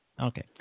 Okay